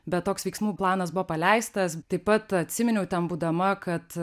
bet toks veiksmų planas buvo paleistas taip pat atsiminiau ten būdama kad